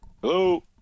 Hello